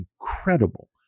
incredible